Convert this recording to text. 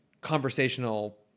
conversational